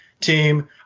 team